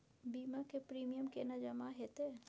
बीमा के प्रीमियम केना जमा हेते?